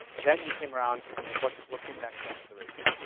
then you came around and what what came next after the razor?